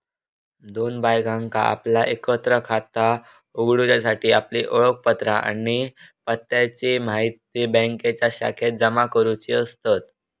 दोन बायकांका आपला एकत्र खाता उघडूच्यासाठी आपली ओळखपत्रा आणि पत्त्याची म्हायती बँकेच्या शाखेत जमा करुची असतत